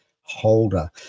Holder